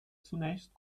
zunächst